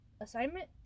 assignment